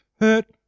hurt